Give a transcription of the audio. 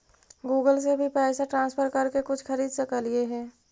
Google से भी पैसा ट्रांसफर कर के कुछ खरिद सकलिऐ हे?